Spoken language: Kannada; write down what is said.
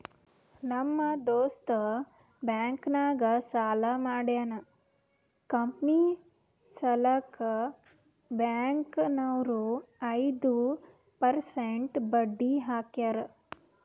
ನಮ್ ದೋಸ್ತ ಬ್ಯಾಂಕ್ ನಾಗ್ ಸಾಲ ಮಾಡ್ಯಾನ್ ಕಂಪನಿ ಸಲ್ಯಾಕ್ ಬ್ಯಾಂಕ್ ನವ್ರು ಐದು ಪರ್ಸೆಂಟ್ ಬಡ್ಡಿ ಹಾಕ್ಯಾರ್